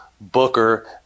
Booker